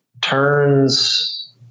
turns